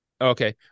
Okay